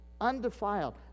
undefiled